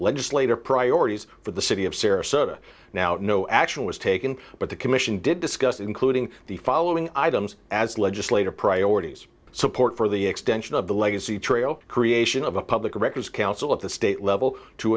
legislative priorities for the city of sarasota now no action was taken but the commission did discuss including the following items as legislative priorities support for the extension of the legacy trio creation of a public records council at the state level to